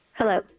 Hello